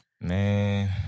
Man